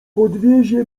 podwiezie